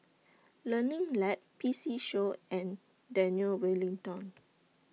Learning Lab P C Show and Daniel Wellington